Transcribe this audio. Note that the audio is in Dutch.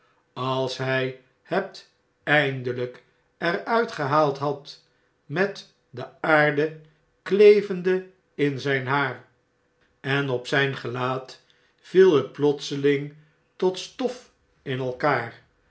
als hjj het eindelijk er uitgehaald had met de aardeklevende in zn'n haar en op zjjn gelaat viel het plotseling tot stof in elkaar